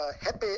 happy